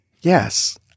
yes